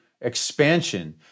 expansion